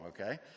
okay